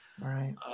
Right